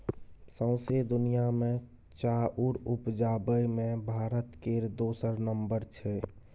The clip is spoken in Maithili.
सौंसे दुनिया मे चाउर उपजाबे मे भारत केर दोसर नम्बर छै